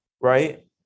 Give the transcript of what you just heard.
right